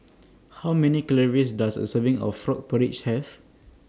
How Many Calories Does A Serving of Frog Porridge Have